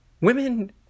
women